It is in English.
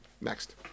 Next